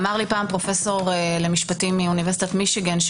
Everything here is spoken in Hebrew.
אמר לי פעם פרופסור למשפטים מאוניברסיטת מישיגן,